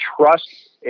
trust